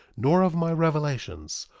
nor of my revelations.